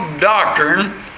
doctrine